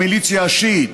המיליציה השיעית,